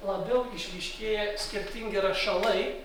labiau išryškėja skirtingi rašalai